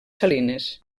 salines